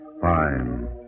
Fine